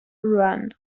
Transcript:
run